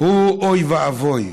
אוי ואבוי.